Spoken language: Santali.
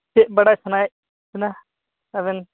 ᱪᱮᱫ ᱵᱟᱰᱟᱭ ᱥᱟᱱᱟᱭᱮᱫ ᱵᱮᱱᱟ ᱟᱵᱮᱱ